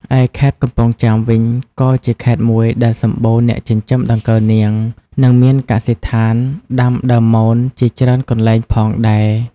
ឯខេត្តកំពង់ចាមវិញ ក៏ជាខេត្តមួយដែលសម្បូរអ្នកចិញ្ចឹមដង្កូវនាង និងមានកសិដ្ឋានដាំដើមមនជាច្រើនកន្លែងផងដែរ។